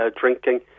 drinking